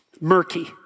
murky